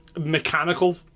mechanical